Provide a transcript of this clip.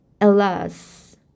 Alas